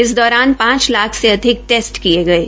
इस दौरान पांच लाख से अधिक टेस्ट किये गये